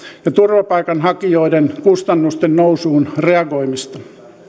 ja turvapaikanhakijoiden kustannusten nousuun reagoimista